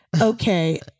Okay